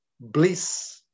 bliss